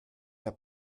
der